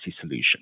solution